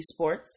esports